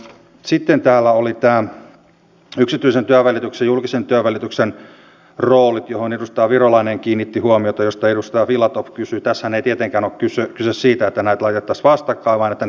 sitten oikeastaan kun täällä puhutaan paljon tästä lääketieteen tutkimuksesta ja muusta nyt ihan tämmöisenä asiana haluan tässä nyt sanoa että itse myöskin pidän erittäin tärkeänä että tulevaisuudessa meillä on myöskin laadukasta sosiaalipoliittista ja yhteiskuntapoliittista tutkimusta myös sen lääketieteellisen tutkimuksen rinnalla